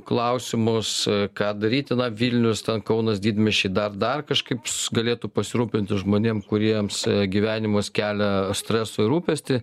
klausimus ką daryti na vilnius kaunas didmiesčiai dar dar kažkaip galėtų pasirūpinti žmonėm kuriems gyvenimas kelia stresą ir rūpestį